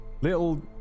little